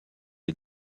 les